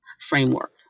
framework